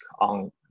on